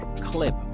clip